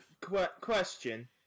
question